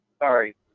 Sorry